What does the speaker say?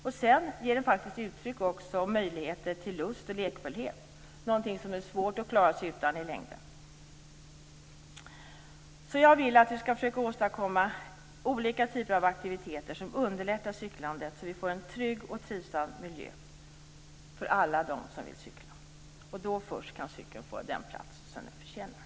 Dessutom ger cykeln uttryck för och möjligheter till lust och lekfullhet, något som det i längden är svårt att klara sig utan. Jag vill därför att vi skall försöka åstadkomma olika typer av aktiviteter som underlättar cyklandet och som gör att vi får en trygg och trivsam miljö för alla som vill cykla. Först då kan cykeln få den plats som den förtjänar.